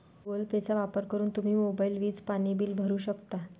Google पेचा वापर करून तुम्ही मोबाईल, वीज, पाणी बिल भरू शकता